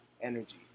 energy